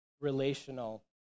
relational